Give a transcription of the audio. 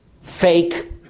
fake